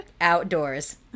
outdoors